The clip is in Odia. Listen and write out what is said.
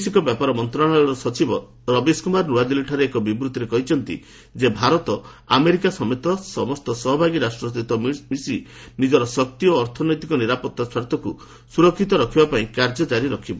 ବୈଦେଶିକ ବ୍ୟାପାର ମନ୍ତ୍ରଣାଳୟର ସଚିବ ରବୀଶ କୁମାର ନୂଆ ଦିଲ୍ଲୀଠାରେ ଏକ ବିବୃତ୍ତିରେ କହିଛନ୍ତି ଯେ ଭାରତ ଆମେରିକା ସମେତ ସମସ୍ତ ସହଭାଗୀ ରାଷ୍ଟ୍ର ସହିତ ମିଳିମିଶି ନିଜର ଶକ୍ତି ଓ ଅର୍ଥନୈତିକ ନିରାପତ୍ତା ସ୍ୱାର୍ଥକୁ ସୁରକ୍ଷିତ ରଖିବା ପାଇଁ କାର୍ଯ୍ୟ କାରି ରଖିବ